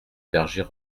berger